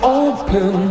open